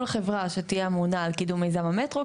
כל חברה שתהיה אמונה על קידום מיזם המטרו,